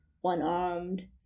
one-armed